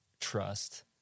trust